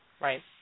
Right